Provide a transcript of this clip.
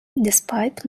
despite